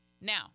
Now